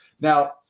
Now